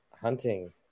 hunting